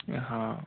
हाँ